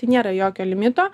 tai nėra jokio limito